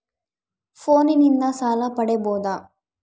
ಫೋನಿನಿಂದ ಸಾಲ ಪಡೇಬೋದ?